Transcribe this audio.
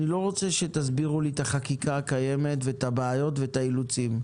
אני לא רוצה שתסבירו לי את החקיקה הקיימת ואת הבעיות ואת האילוצים.